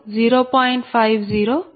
50 0